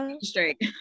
Straight